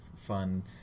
fun